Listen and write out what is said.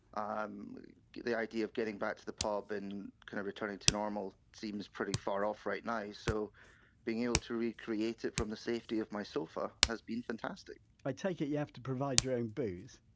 um the idea of getting back to the pub and kind of returning to normal seems pretty far off right now, so being able to recreate it from the safety of my sofa has been fantastic i take it you have to provide your own booze?